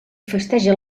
festeja